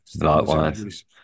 likewise